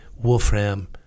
Wolfram